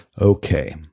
Okay